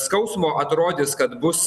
skausmo atrodys kad bus